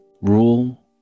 Rule